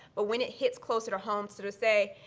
but when it hits closer to home, sort of say,